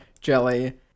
jelly